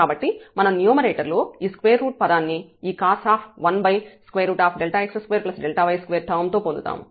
కాబట్టి మనం న్యూమరేటర్ లో ఈ స్క్వేర్ రూట్ పదాన్ని ఈ cos 1x2Δy2 టర్మ్ తో పొందుతాము